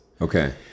Okay